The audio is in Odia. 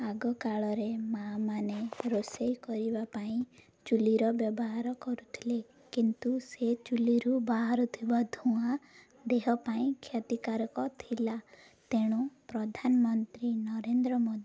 ଆଗକାଳରେ ମା' ମାନେ ରୋଷେଇ କରିବା ପାଇଁ ଚୁଲିର ବ୍ୟବହାର କରୁଥିଲେ କିନ୍ତୁ ସେ ଚୁଲିରୁ ବାହାରୁ ଥିବା ଧୂଆଁ ଦେହ ପାଇଁ କ୍ଷତିକାରକ ଥିଲା ତେଣୁ ପ୍ରଧାନମନ୍ତ୍ରୀ ନରେନ୍ଦ୍ର ମୋଦି